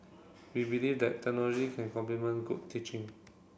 we believe that technology can complement good teaching